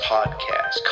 Podcast